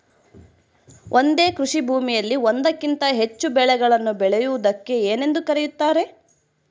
ಒಂದೇ ಕೃಷಿಭೂಮಿಯಲ್ಲಿ ಒಂದಕ್ಕಿಂತ ಹೆಚ್ಚು ಬೆಳೆಗಳನ್ನು ಬೆಳೆಯುವುದಕ್ಕೆ ಏನೆಂದು ಕರೆಯುತ್ತಾರೆ?